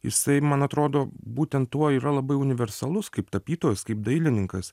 jisai man atrodo būtent tuo yra labai universalus kaip tapytojas kaip dailininkas